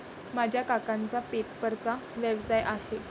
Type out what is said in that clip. माझ्या काकांचा पेपरचा व्यवसाय आहे